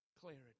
clarity